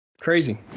Crazy